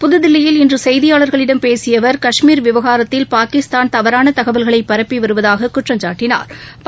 புதுதில்லியில் இன்று செய்தியாளர்களிடம் பேசிய அவர் கஷ்மீர் விவகாரத்தில் பாகிஸ்தாள தவறான தகவல்களை பரப்பி வருவதாக குற்றம்சாட்டினாா்